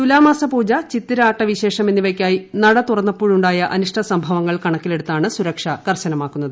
തുലാമാസ പൂജ ചിത്തിര ആട്ടവിശേഷം എന്നിവയ്ക്കായി നട തുറന്നപ്പോഴുണ്ടായ അനിഷ്ട സംഭവങ്ങൾ കണക്കിലെടുത്താണ് സുരക്ഷ കർശനമാക്കുന്നത്